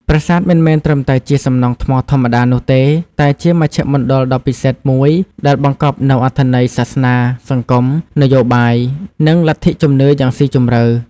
ប្រាសាទមិនមែនត្រឹមតែជាសំណង់ថ្មធម្មតានោះទេ តែជាមជ្ឈមណ្ឌលដ៏ពិសិដ្ឋមួយដែលបង្កប់នូវអត្ថន័យសាសនា សង្គម នយោបាយ និងលទ្ធិជំនឿយ៉ាងស៊ីជម្រៅ។